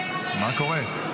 מה קורה?